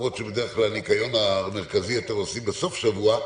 למרות שבדרך כלל את הניקיון המרכזי יותר עושים בסוף השבוע,